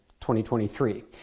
2023